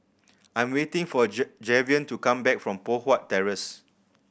I am waiting for J Javion to come back from Poh Huat Terrace